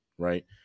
right